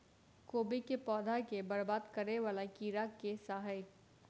कोबी केँ पौधा केँ बरबाद करे वला कीड़ा केँ सा है?